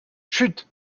chut